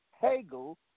Hegel